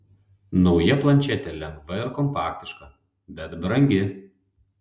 nauja plančetė lengva ir kompaktiška bet brangi